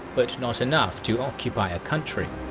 but not enough to occupy a country.